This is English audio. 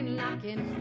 knocking